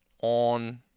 on